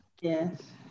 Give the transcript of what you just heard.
Yes